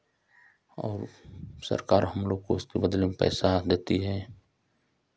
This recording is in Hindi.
और सरकार हम लोग को उसके बदले में पैसा देती है